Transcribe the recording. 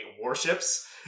warships